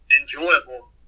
enjoyable